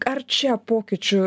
ar čia pokyčių